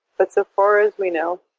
but so far as we know,